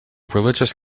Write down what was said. religious